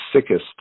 sickest